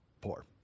poor